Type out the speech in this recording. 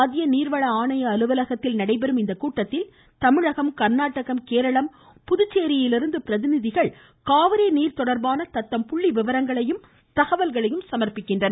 மத்திய நீர்வள ஆணைய அலுவலகத்தில் நடைபெறும் இக்கூட்டத்தில் தமிழகம் கர்நாடகம் கேரளம் புதுச்சேரியிலிருந்து பிரதிநிதிகள் காவிரி நீர் தொடர்பான தத்தம் புள்ளி விவரங்களை சமர்ப்பிக்கின்றனர்